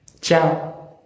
Ciao